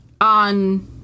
on